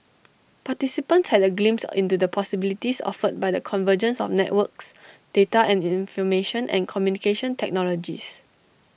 participants had A glimpse into the possibilities offered by the convergence of networks data and information and communication technologies